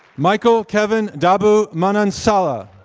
michael kevin dabu manansala.